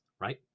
right